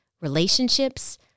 relationships